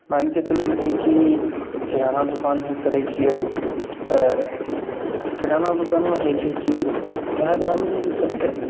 मानिके चलू भी कि किराना दोकान हम करै छिए तऽ किराना दोकानमे होइ छै कि वएह ग्रामीणमे ने चलतै